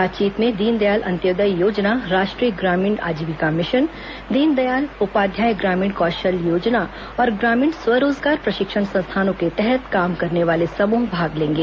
बातचीत में दीनदयाल अंत्योदय योजना राष्ट्रीय ग्रामीण आजीविका मिशन दीनदायल उपाध्याय ग्रामीण कौशल्य योजना और ग्रामीण स्व रोजगार प्रशिक्षण संस्थानों के तहत काम करने वाले समूह भाग लेंगे